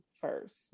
first